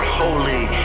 holy